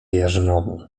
jarzynową